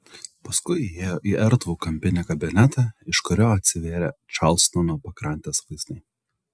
paskui įėjo į erdvų kampinį kabinetą iš kurio atsivėrė čarlstono pakrantės vaizdai